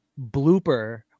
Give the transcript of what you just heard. blooper